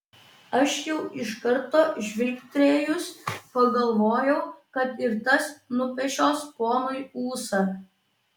aš jau iš karto žvilgterėjus pagalvojau kad ir tas nupešios ponui ūsą